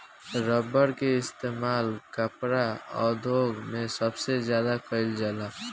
rubber के इस्तेमाल कपड़ा उद्योग मे सबसे ज्यादा कइल जाला